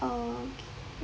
uh okay